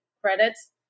credits